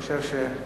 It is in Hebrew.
שלוש דקות לרשותך.